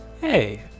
Hey